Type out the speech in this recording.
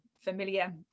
familiar